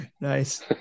nice